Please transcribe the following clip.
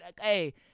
hey